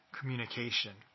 communication